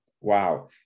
Wow